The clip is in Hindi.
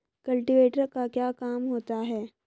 कल्टीवेटर का क्या काम होता है?